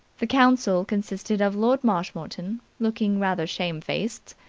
the council consisted of lord marshmoreton, looking rather shamefaced,